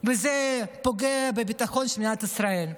וזה פוגע בביטחון מדינת ישראל.